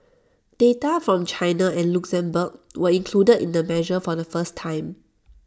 data from China and Luxembourg were included in the measure from the first time